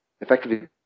effectively